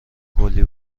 کولی